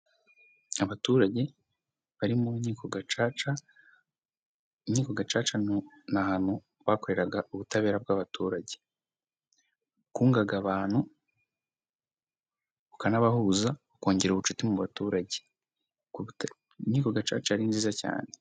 Abaturage bari mu nkiko gacaca, inkiko gacaca ni ahantu bakoreraga ubutabera bw'abaturage bwungaga abantu bukanabahuza bukongera ubucuti mu baturage, inkiko gacaca yari nziza cyane.